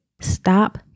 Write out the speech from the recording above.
Stop